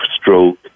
Stroke